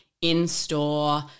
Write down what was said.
in-store